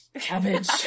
Cabbage